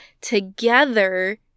Together